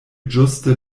ĝuste